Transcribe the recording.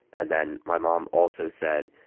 and then my mom also said,